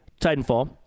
Titanfall